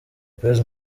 pérez